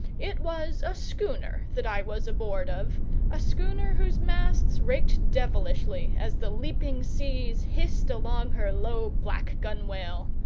it was a schooner that i was aboard of a schooner whose masts raked devilishly as the leaping seas hissed along her low black gunwale.